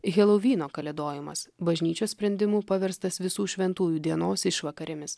helouvyno kalėdojimas bažnyčios sprendimu paverstas visų šventųjų dienos išvakarėmis